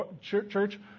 Church